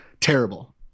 Terrible